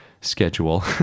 schedule